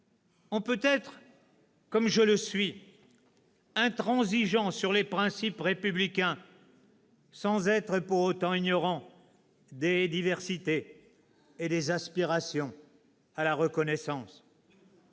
on peut être, comme je le suis, intransigeant sur les principes républicains sans être, pour autant, ignorant des diversités et des aspirations à la reconnaissance.